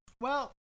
Well-